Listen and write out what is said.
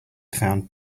found